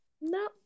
No